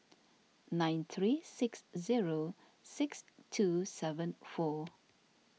nine three six zero six two seven four